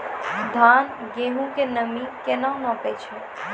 धान, गेहूँ के नमी केना नापै छै?